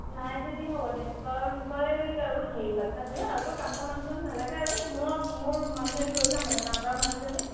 নাই যদি হ'ব দে তই তই আৰু হেৰি বাচ্ছাটোহে আৰু টো কাম কৰা মানুহ চানুহ নালাগে আৰু মই মোৰ মানুহজনীক লৈ যাম মানে কাম কৰা মানুহজনীক